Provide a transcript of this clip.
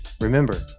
Remember